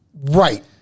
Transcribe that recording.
Right